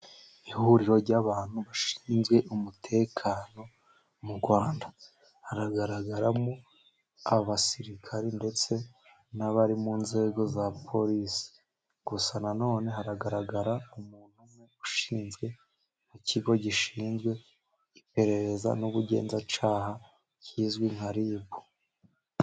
Ihuriro ry'abantu bashinzwe umutekano mu Rwanda, haragaragaramo abasirikare ndetse n'abari mu nzego za polisi, gusa none hagaragara umuntu umwe ushinzwe ikigo gishinzwe iperereza n'ubugenzacyaha kizwi nka RIB.